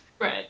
Right